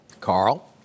Carl